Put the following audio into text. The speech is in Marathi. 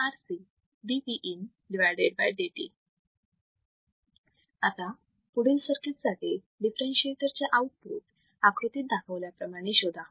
आता पुढील सर्किट साठी डिफरेंशीएटर चे आउटपुट वोल्टेज आकृतीत दाखवल्याप्रमाणे शोधा